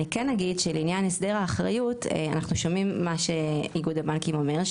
אני כן אגיד שלעניין הסדר האחריות אנחנו שומעים מה שאיגוד הבנקים אומר,